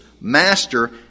master